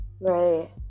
Right